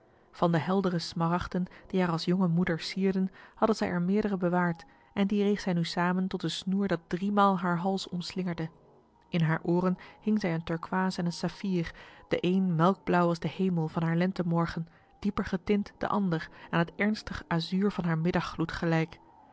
van de heldere smaragden die haar als jonge moeder sierden had zij er meerderen bewaard en die reeg zij nu samen tot een snoer dat driemalen haar hals omslingerde in haar ooren hing zij een turkoois en een saffier de een melkblauw als de hemel van haar lentemorgen dieper getint de ander aan het ernstig azuur van haar middaggloed gelijk